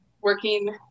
working